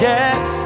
Yes